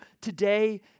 today